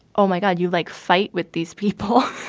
oh, my god, you like. fight with these people.